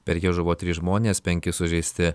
per jas žuvo trys žmonės penki sužeisti